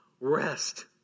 rest